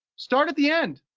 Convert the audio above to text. start at the end.